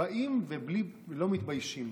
באים ולא מתביישים.